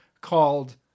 called